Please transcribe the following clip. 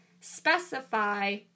specify